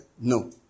No